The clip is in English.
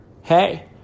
hey